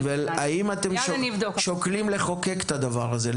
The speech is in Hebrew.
--- האם אתם שוקלים לחוקק את הדבר הזה,